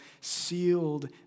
sealed